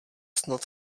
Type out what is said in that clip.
snad